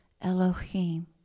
Elohim